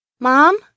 Mom